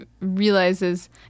realizes